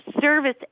service